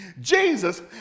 Jesus